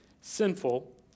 sinful